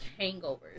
hangovers